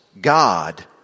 God